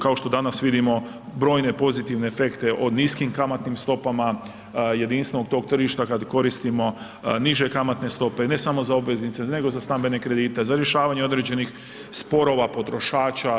Kao što danas vidimo brojne pozitivne efekte od niskim kamatnim stopama, jedinstvenog tog tržišta kad koristimo niže kamatne stope, ne samo za obveznice, nego za stambene kredite, za rješavanje određenih sporova potrošača.